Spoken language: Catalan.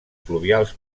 fluvials